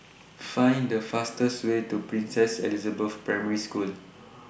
Find The fastest Way to Princess Elizabeth Primary School